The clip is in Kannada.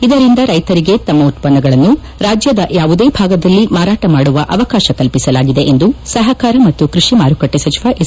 ಇದರಿಂದ ರೈತರಿಗೆ ತಮ್ಮ ಉತ್ಪನ್ನಗಳನ್ನು ರಾಜ್ಞದ ಯಾವುದೇ ಭಾಗದಲ್ಲಿ ಮಾರಾಟ ಮಾಡುವ ಅವಕಾಶ ಕಲ್ಪಿಸಲಾಗಿದೆ ಎಂದು ಸಹಕಾರ ಮತ್ತು ಕೃಷಿ ಮಾರುಕಟ್ಟಿ ಸಚಿವ ಎಸ್